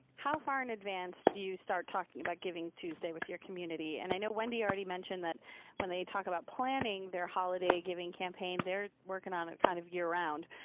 how far in advance do you start talking about givingtuesday with your community? and i know wendy already mentioned when they talk about planning their holiday giving campaign they're working on it kind of year round.